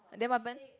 and then what happened